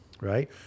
right